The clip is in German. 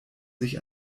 sich